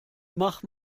mach